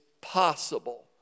possible